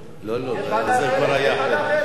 יש ועדה אחרת.